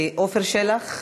עפר שלח,